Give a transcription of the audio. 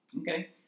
Okay